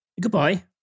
Goodbye